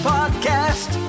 Podcast